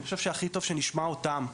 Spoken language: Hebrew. אני חושב שהכי טוב שנשמע אותם,